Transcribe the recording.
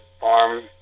farm